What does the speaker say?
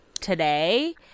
today